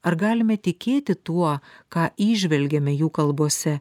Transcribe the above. ar galime tikėti tuo ką įžvelgiame jų kalbose